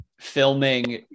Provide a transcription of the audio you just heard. filming